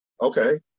okay